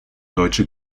deutsche